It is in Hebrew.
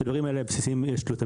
מידע בדברים הבסיסים יש לו,